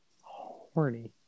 Horny